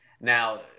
Now